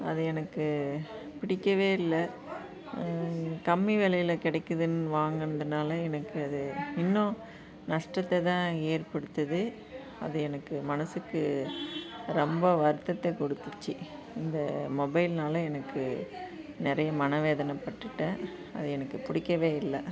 அது எனக்கு பிடிக்கவே இல்லை கம்மி வெலையில் கிடைக்குதுன்னு வாங்கினதுனால எனக்கு அது இன்னும் நஷ்டத்தை தான் ஏற்படுத்துது அது எனக்கு மனதுக்கு ரொம்ப வருத்தத்தை கொடுத்துடுச்சி இந்த மொபைல்னாலே எனக்கு நிறைய மனவேதனப்பட்டுவிட்டேன் அது எனக்கு பிடிக்கவே இல்லை